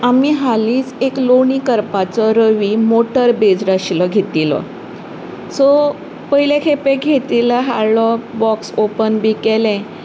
आमी हालींच एक लोणी करपाचो रवी मोटर बेज्ड आशिल्लो घेतिल्लो सो पयले खेपे घेतिल्लो हाडलो बाॅक्स ओपन बी केलें